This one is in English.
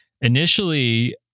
initially